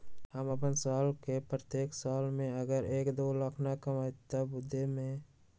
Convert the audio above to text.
हम अपन साल के प्रत्येक साल मे अगर एक, दो लाख न कमाये तवु देम?